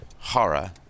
horror